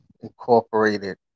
Incorporated